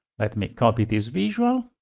let me copy this visual,